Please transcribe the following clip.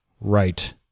right